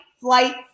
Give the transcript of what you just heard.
flight